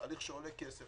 תהליך שעולה כסף,